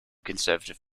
conservative